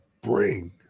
bring